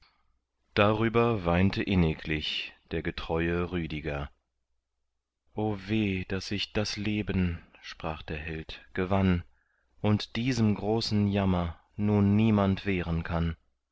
darüber weinte inniglich der getreue rüdiger o weh daß ich das leben sprach der held gewann und diesem großen jammer nun niemand wehren kann